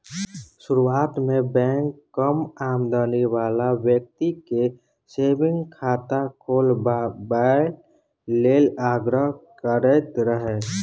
शुरुआत मे बैंक कम आमदनी बला बेकती केँ सेबिंग खाता खोलबाबए लेल आग्रह करैत रहय